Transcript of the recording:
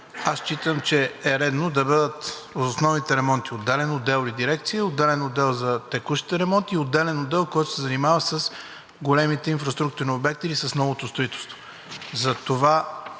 Аз считам, че е редно за основните ремонти отделен отдел и дирекция, отделен отдел за текущите ремонти и отделен отдел, който се занимава с големите инфраструктурни обекти или с новото строителство. Затова